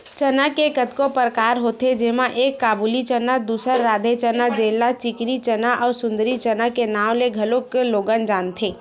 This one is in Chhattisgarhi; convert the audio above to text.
चना के कतको परकार होथे जेमा एक काबुली चना, दूसर राधे चना जेला चिकनी चना अउ सुंदरी चना के नांव ले घलोक लोगन जानथे